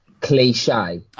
cliche